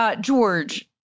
George